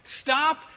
stop